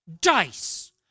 dice